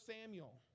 Samuel